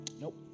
Nope